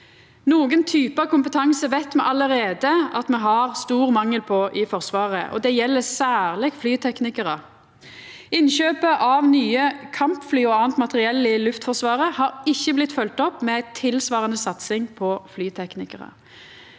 Nokre typar kompetanse veit me allereie at me har stor mangel på i Forsvaret, og det gjeld særleg flyteknikarar. Innkjøpet av nye kampfly og anna materiell i Luftforsvaret har ikkje blitt følgt opp med ei tilsvarande satsing på flyteknikarar.